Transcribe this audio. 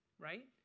right